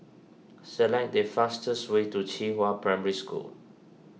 select the fastest way to Qihua Primary School